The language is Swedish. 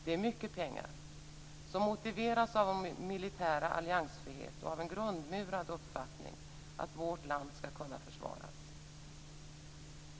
Det är mycket pengar som motiveras av vår militära alliansfrihet och av en grundmurad uppfattning att vårt land skall kunna försvaras.